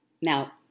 Now